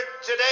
today